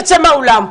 תצא מהאולם.